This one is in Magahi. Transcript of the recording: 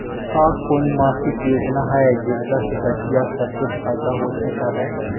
का कोई सामाजिक योजना हई जेकरा से बच्चियाँ सब के फायदा हो सक हई?